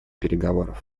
переговоров